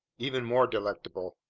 even more delectable.